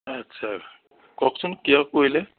আচ্ছা কওকচোন কিয় কৰিলে